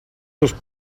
los